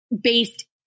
based